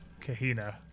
Kahina